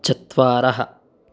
चत्वारः